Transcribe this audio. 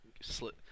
slit